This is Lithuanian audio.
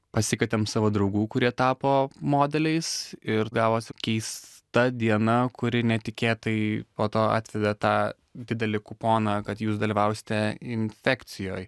pasikvietėm savo draugų kurie tapo modeliais ir gavosi keista diena kuri netikėtai po to atvedė tą didelį kuponą kad jūs dalyvausite infekcijoj